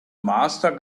master